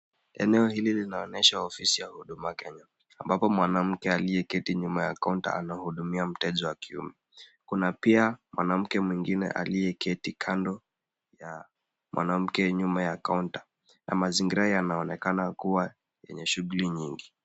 Eneo hili linaonyesha ofisi ya Huduma Kenya. Ambapo mwanamke aliyeketi nyuma ya kaunta anahudumia mteja wa kiume. Kuna pia mwanamke mwingine aliyeketi kando ya mwanamke nyuma ya kaunta na mazingira yanaonekana kuwa yenye shughuli nyingi.